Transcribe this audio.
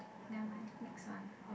never mind next one